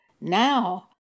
Now